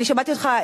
אני שמעתי אותך,